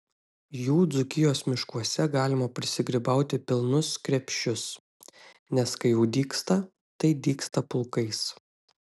jų dzūkijos miškuose galima prisigrybauti pilnus krepšius nes kai jau dygsta tai dygsta pulkais